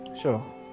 sure